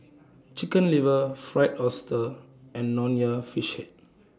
Chicken Liver Fried Oyster and Nonya Fish Head